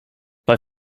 bei